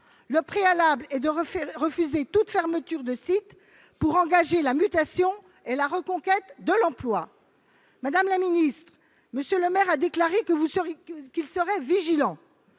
Le préalable est de refuser la fermeture de sites pour engager leur mutation et la reconquête de l'emploi. Madame la secrétaire d'État, M. Le Maire a déclaré qu'il serait « vigilant